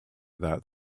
that